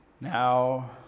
Now